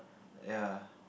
ya